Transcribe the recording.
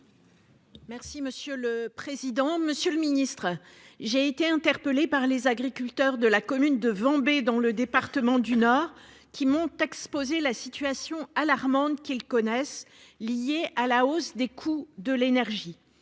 de la souveraineté alimentaire. Monsieur le ministre, j'ai été interpellée par les agriculteurs de la commune de Wambaix, dans le département du Nord, qui m'ont exposé la situation alarmante qu'ils connaissent en raison de la hausse des coûts de l'énergie.